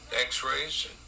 x-rays